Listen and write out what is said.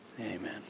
Amen